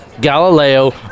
Galileo